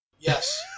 Yes